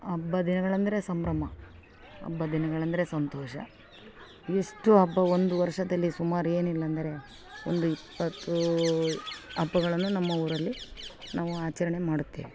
ಹಬ್ಬ ದಿನಗಳಂದರೆ ಸಂಭ್ರಮ ಹಬ್ಬ ದಿನಗಳಂದರೆ ಸಂತೋಷ ಎಷ್ಟು ಹಬ್ಬ ಒಂದು ವರ್ಷದಲ್ಲಿ ಸುಮಾರು ಏನಿಲ್ಲ ಅಂದರೆ ಒಂದು ಇಪ್ಪತ್ತು ಹಬ್ಬಗಳನ್ನು ನಮ್ಮ ಊರಲ್ಲಿ ನಾವು ಆಚರಣೆ ಮಾಡುತ್ತೇವೆ